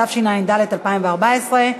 התשע"ד 2014,